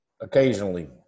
Occasionally